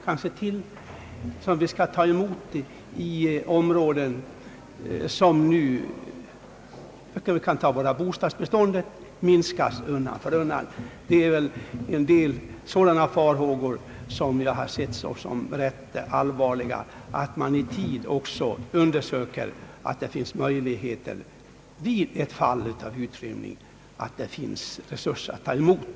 Det är uppenbart att svårigheter härvidlag kommer att föreligga med hänsyn inte minst till det undan för undan minskade bostadsbeståndet. Det är mot bakgrunden av dessa farhågor som jag har ansett det angeläget att kommunerna i tid ser till att de får resurser för att ta emot människor från utrymningsområden i händelse av utrymning.